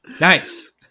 Nice